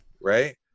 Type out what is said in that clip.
Right